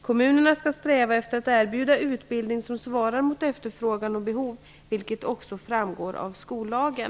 Kommunerna skall sträva efter att erbjuda utbildning som svarar mot efterfrågan och behov, vilket också framgår av skollagen.